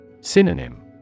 Synonym